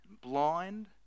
blind